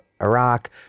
Iraq